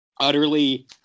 utterly